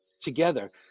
together